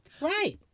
Right